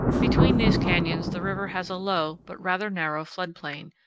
between these canyons the river has a low but rather narrow flood plain,